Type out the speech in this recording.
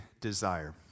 desire